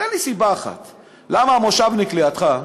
תן לי סיבה אחת למה המושבניק לידך,